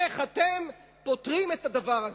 איך אתם פותרים את הדבר הזה?